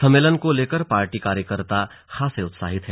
सम्मेलन को लेकर पार्टी कार्यकर्ता खासे उत्साहित हैं